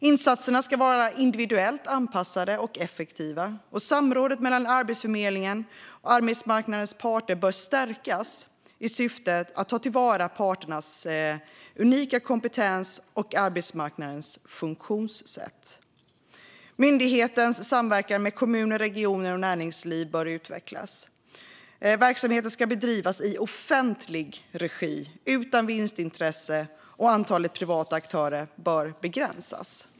Insatserna ska vara individuellt anpassade och effektiva. Samrådet mellan Arbetsförmedlingen och arbetsmarknadens parter bör stärkas i syfte att ta till vara parternas unika kunskap om arbetsmarknadens funktionssätt. Myndighetens samverkan med kommuner, regioner och näringsliv bör utvecklas. Verksamheten ska bedrivas i offentlig regi utan vinstintresse, och antalet privata aktörer bör begränsas.